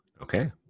Okay